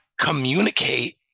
communicate